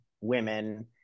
women